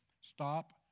stop